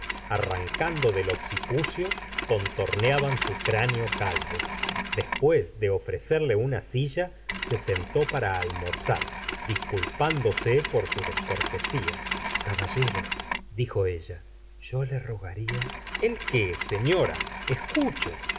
arrancando del occipucio contorneaban su cráneo calvo después de ofrecerle una silla se sentó para almorzar disculpándose por su descortesía caballero dijo ella yo le rogaría el qué señora escucho